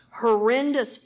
horrendous